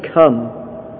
come